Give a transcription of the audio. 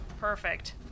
Perfect